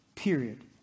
period